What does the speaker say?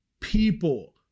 People